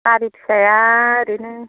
गारि फिसाया ओरैनो